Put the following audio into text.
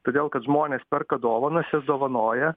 todėl kad žmonės perka dovanas jas dovanoja